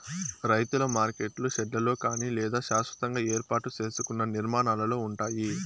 రైతుల మార్కెట్లు షెడ్లలో కానీ లేదా శాస్వతంగా ఏర్పాటు సేసుకున్న నిర్మాణాలలో ఉంటాయి